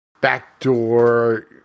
backdoor